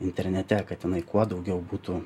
internete kad jinai kuo daugiau būtų